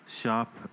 shop